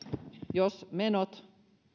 jos menot